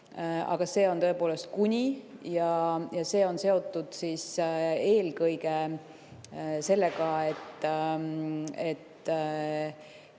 Aga see on tõepoolest "kuni". Ja see on seotud eelkõige sellega, et